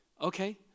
Okay